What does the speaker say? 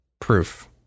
Proof